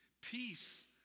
peace